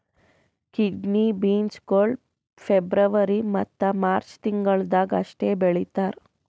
kidney beans ಗೊಳ್ February ಮತ್ತ March ತಿಂಗಿಳದಾಗ್ ಅಷ್ಟೆ ಬೆಳೀತಾರ್